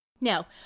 Now